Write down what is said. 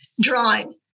drawing